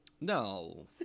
No